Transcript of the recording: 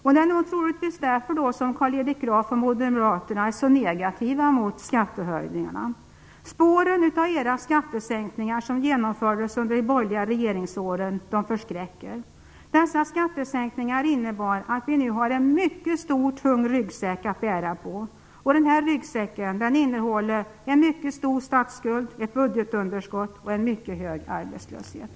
Det är troligtvis därför som Carl Fredrik Graf och moderaterna är så negativa till skattehöjningarna. Spåren av era skattesänkningar, som genomfördes under de borgerliga regeringsåren, förskräcker. Dessa skattesänkningar innebar att vi nu har en mycket stor och tung ryggsäck att bära på, och denna ryggsäck innehåller en mycket stor statsskuld, ett budgetunderskott och en mycket hög arbetslöshet.